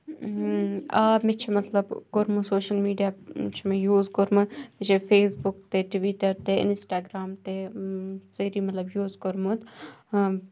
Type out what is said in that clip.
آ مےٚ چھُ مطلب کوٚرمُت سوشَل میٖڈیا چھُ مےٚ یوٗز کوٚرمُت مےٚ چھِ فیسبُک تہِ ٹِوِٹَر تہِ اِنسٹاگرٛام تہِ سٲری مطلب یوٗز کوٚرمُت